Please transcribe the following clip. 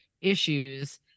issues